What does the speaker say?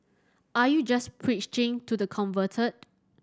are you just preaching to the converted